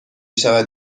شود